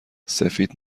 سفید